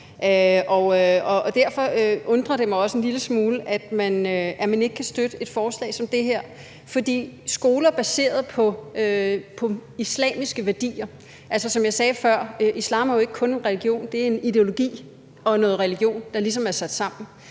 derfor undrer det mig også en lille smule, at man ikke kan støtte et forslag som det her. For det vedrører skoler baseret på islamiske værdier, og som jeg sagde før: Islam er jo ikke kun en religion. Det er en ideologi og noget religion, der ligesom er sat sammen,